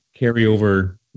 carryover